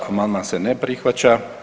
Amandman se ne prihvaća.